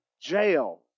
jail